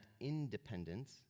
independence